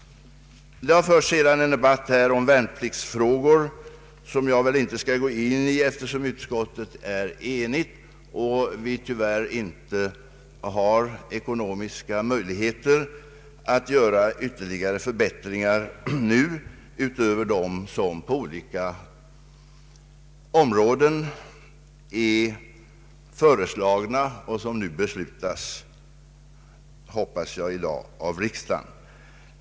Det har vidare förts en debatt om värnpliktsfrågor, som jag inte skall gå närmare in i, eftersom utskottet är enigt och vi tyvärr inte har ekonomiska möjligheter att göra ytterligare förbättringar utöver dem som på olika områden är föreslagna och som, hoppas jag, i dag skall beslutas av riksdagen.